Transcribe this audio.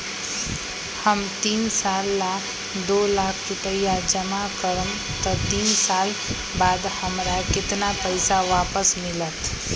हम तीन साल ला दो लाख रूपैया जमा करम त तीन साल बाद हमरा केतना पैसा वापस मिलत?